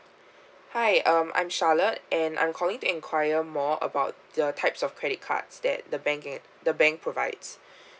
hi um I'm charlotte and I'm calling to enquire more about the types of credit cards that the banking the bank provides